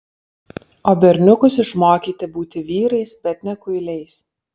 o berniukus išmokyti būti vyrais bet ne kuiliais